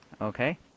Okay